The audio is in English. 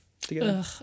together